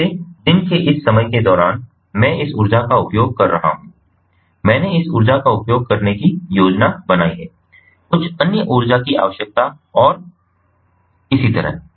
जैसे दिन के इस समय के दौरान मैं इस ऊर्जा का उपयोग कर रहा हूँ मैंने इस ऊर्जा का उपयोग करने की योजना बनाई है कुछ अन्य ऊर्जा की आवश्यकता और और इसी तरह